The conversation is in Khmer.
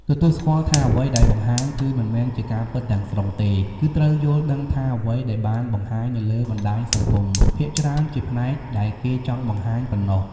ទទួលស្គាល់ថាអ្វីដែលបង្ហាញគឺមិនមែនជាការពិតទាំងស្រុងទេ គឺត្រូវយល់ដឹងថាអ្វីដែលបានបង្ហាញនៅលើបណ្ដាញសង្គមភាគច្រើនជាផ្នែកដែលគេចង់បង្ហាញប៉ុណ្ណោះ។